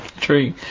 True